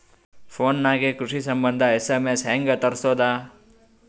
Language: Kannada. ಫೊನ್ ನಾಗೆ ಕೃಷಿ ಸಂಬಂಧ ಎಸ್.ಎಮ್.ಎಸ್ ಹೆಂಗ ತರಸೊದ?